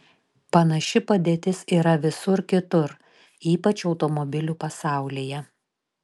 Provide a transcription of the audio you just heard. panaši padėtis yra visur kitur ypač automobilių pasaulyje